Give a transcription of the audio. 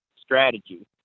strategy